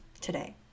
today